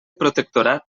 protectorat